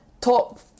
top